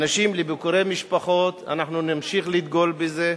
אנשים לביקורי משפחות, אנחנו נמשיך לדגול בזה.